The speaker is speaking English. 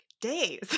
days